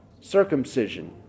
circumcision